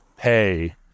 pay